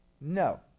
no